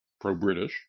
pro-British